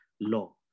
law